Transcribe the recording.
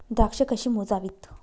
द्राक्षे कशी मोजावीत?